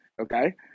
okay